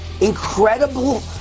incredible